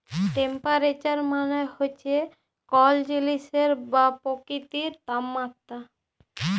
temperature মালে হছে কল জিলিসের বা পকিতির তাপমাত্রা